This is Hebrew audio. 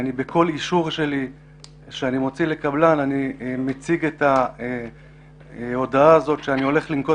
בכל אישור שאני מוציא לקבלן אני מוציא את ההודעה שאני הולך לנקוט